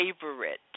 favorite